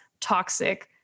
toxic